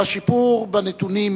אבל השיפור בנתונים,